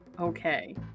Okay